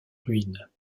ruines